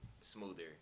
smoother